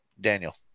Daniel